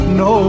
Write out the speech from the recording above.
no